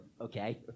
okay